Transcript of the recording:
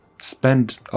spend